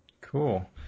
Cool